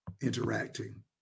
interacting